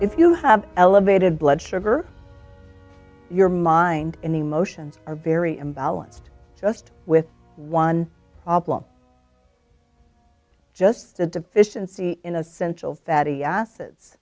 if you have elevated blood sugar your mind and emotions are very imbalanced just with one just a deficiency in essential fatty acids